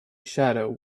shadow